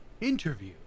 Interview